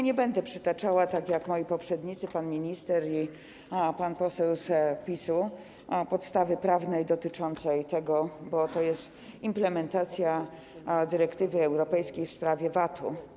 Nie będę przytaczała tak jak moi poprzednicy, pan minister i pan poseł z PiS-u, podstawy prawnej dotyczącej tego, bo jest to implementacja dyrektywy europejskiej w sprawie VAT-u.